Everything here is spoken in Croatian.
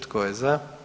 Tko je za?